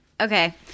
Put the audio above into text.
Okay